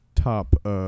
Top